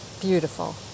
Beautiful